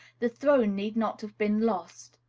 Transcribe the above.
the throne need not have been lost.